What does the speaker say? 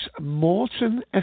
Morton